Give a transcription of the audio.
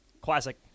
Classic